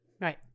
Right